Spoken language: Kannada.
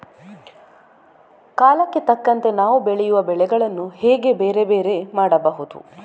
ಕಾಲಕ್ಕೆ ತಕ್ಕಂತೆ ನಾವು ಬೆಳೆಯುವ ಬೆಳೆಗಳನ್ನು ಹೇಗೆ ಬೇರೆ ಬೇರೆ ಮಾಡಬಹುದು?